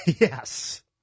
Yes